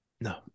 No